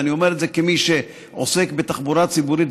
ואני אומר את זה כמי שעוסק בתחבורה ציבורית.